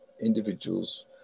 individuals